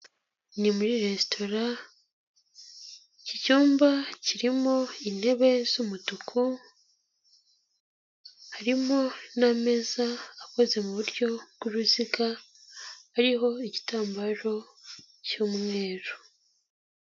Ni muri resitora, iki cyumba kirimo intebe z'umutuku, harimo n'ameza akoze mu buryo bw'uruziga, hariho igitambaro cy'umweru.